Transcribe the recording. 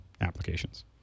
applications